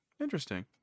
Interesting